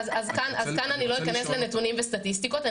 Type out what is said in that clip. כאן אני לא אכנס לנתונים וסטטיסטיקות.